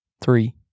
three